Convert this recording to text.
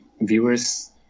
viewers